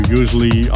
usually